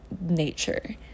nature